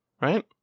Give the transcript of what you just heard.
right